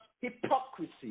hypocrisy